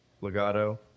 Legato